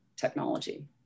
technology